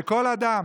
וכל אדם